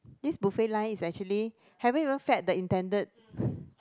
this buffet line is actually haven't even fed the intended